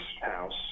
house